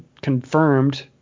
confirmed